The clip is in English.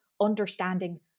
understanding